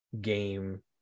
game